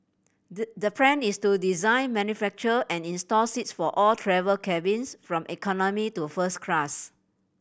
the the plan is to design manufacture and install seats for all travel cabins from economy to first class